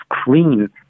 screen